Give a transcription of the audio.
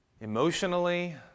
Emotionally